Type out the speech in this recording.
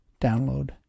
download